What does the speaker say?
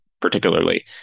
particularly